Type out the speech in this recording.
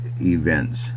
events